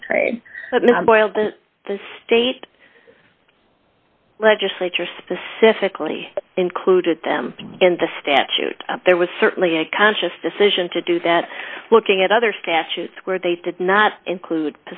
trade oil that the state legislature specifically included them in the statute there was certainly a conscious decision to do that looking at other statutes where they did not include